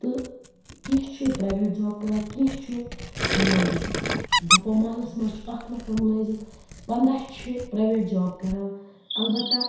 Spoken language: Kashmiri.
تہٕ کیٚنٛہہ چھِ پریٚویٚٹ جاب کران کیٚنٛہہ چھِ مُلٲزِم دَپَو محلَس منٛز چھِ اَکھ نَفر مُلٲزِم پندہ چھِ پریٚویٚٹ جاب کران البتہ